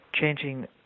changing